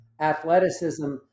athleticism